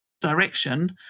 direction